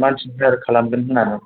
मानसि हायार खालामगोन होननानै